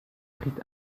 prit